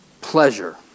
pleasure